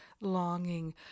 longing